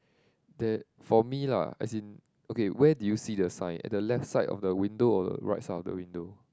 that for me lah as in okay where do you see the sign at the left side of the window or right side of the window